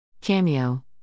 Cameo